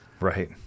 right